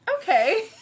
Okay